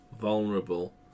vulnerable